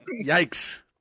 Yikes